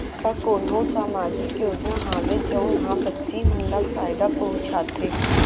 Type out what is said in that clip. का कोनहो सामाजिक योजना हावय जऊन हा बच्ची मन ला फायेदा पहुचाथे?